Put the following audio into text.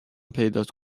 پیدات